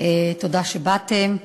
תודה שבאתם.